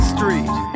Street